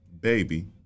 baby